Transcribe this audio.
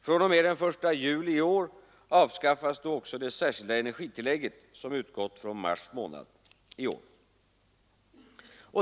fr.o.m. den 1 juli i år avskaffas då också det särskilda energitillägget som utgått från mars månad i år.